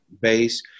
base